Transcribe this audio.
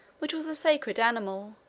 which was a sacred animal,